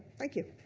thank you